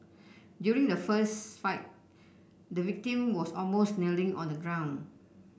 during the fist fight the victim was almost kneeling on the ground